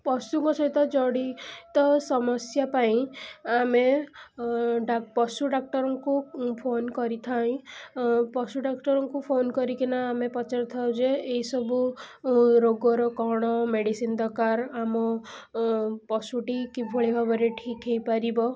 ପଶୁଙ୍କ ସହିତ ଜଡ଼ିତ ସମସ୍ୟା ପାଇଁ ଆମେ ପଶୁ ଡକ୍ଟରଙ୍କୁ ଫୋନ କରିଥାଉ ପଶୁ ଡକ୍ଟରଙ୍କୁ ଫୋନ କରିକିନା ଆମେ ପଚାରିଥାଉ ଯେ ଏଇସବୁ ରୋଗର କ'ଣ ମେଡ଼ିସିନ୍ ଦରକାର ଆମ ପଶୁଟି କିଭଳି ଭାବରେ ଠିକ୍ ହେଇପାରିବ